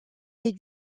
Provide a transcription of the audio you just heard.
les